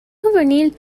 juvenil